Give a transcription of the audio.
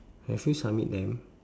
have you submit them